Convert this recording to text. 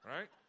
Right